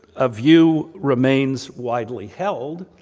a view remains widely held,